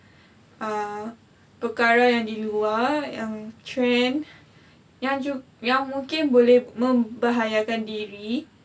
err perkara yang di luar yang trend yang ju~ yang mungkin boleh membahayakan diri